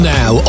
now